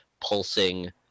pulsing